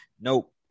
nope